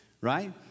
right